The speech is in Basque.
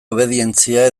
obedientzia